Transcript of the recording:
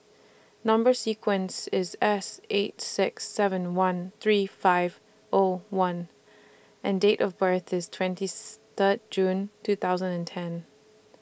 Number sequence IS S eight six seven one three five O one and Date of birth IS twenty Third June two thousand and ten